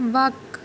وَق